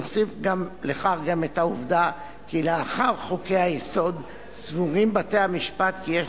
נוסיף לכך גם את העובדה כי לאחר חוקי-היסוד סבורים בתי-המשפט כי יש